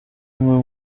buri